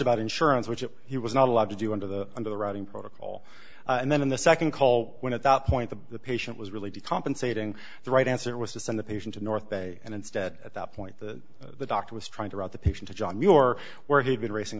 about insurance which he was not allowed to do under the under the writing protocol and then the nd call when at that point the patient was really to compensating the right answer was to send the patient to north bay and instead at that point the doctor was trying to route the patient to john muir where he'd been racing